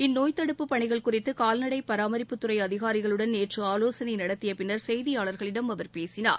இந்நோய் தடுப்புப் பணிகள் குறித்து கால்நடை பராமரிபுத்துறை அதிகாரிகளுடன் நேற்று ஆலோசனை நடத்திய பின்னர் செய்தியாளர்களிடம் அவர் பேசினார்